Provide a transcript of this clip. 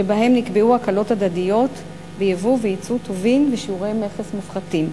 שבהם נקבעו הקלות הדדיות בייבוא וייצוא של טובין ושיעורי מכס מופחתים.